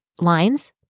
lines